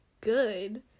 good